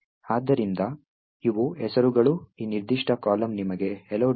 ಆದ್ದರಿಂದ ಇವು ಹೆಸರುಗಳು ಈ ನಿರ್ದಿಷ್ಟ ಕಾಲಮ್ ನಿಮಗೆ hello